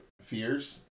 fears